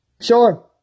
Sure